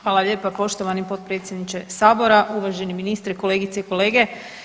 Hvala lijepa poštovani potpredsjedniče sabora, uvaženi ministre, kolegice i kolege.